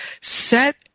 Set